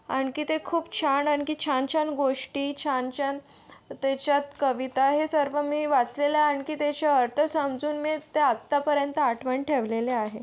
आणखी ते खूप छान आणखी छान छान गोष्टी छान छान त्याच्यात कविता हे सर्व मी वाचलेलं आहे आणखी त्याचे अर्थ समजून मी त्या आत्तापर्यंत आठवण ठेवलेल्या आहेत